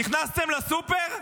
נכנסתם לסופר?